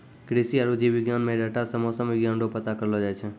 कृषि आरु जीव विज्ञान मे डाटा से मौसम विज्ञान रो पता करलो जाय छै